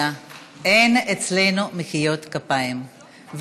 אין אצלנו מחיאות כפיים.